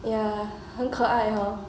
ya 很可爱 hor